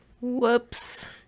Whoops